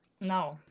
No